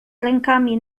rękami